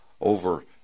Over